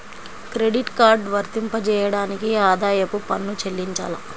Credit card వర్తింపజేయడానికి ఆదాయపు పన్ను చెల్లించాలా?